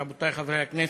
רבותי חברי הכנסת,